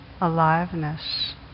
aliveness